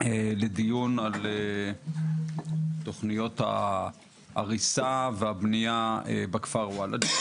לדיון על תוכניות ההריסה והבנייה בכפר וולאג'ה.